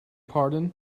pardon